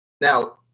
now